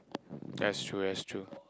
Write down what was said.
yeah that's true that's true